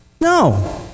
No